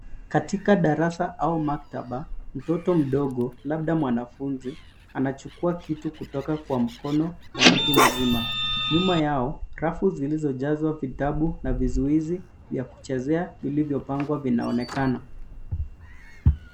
Katika darasa au maktaba mtoto mdogo au mwanafunzi anachukua kitu kutoka kwa